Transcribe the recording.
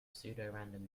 pseudorandom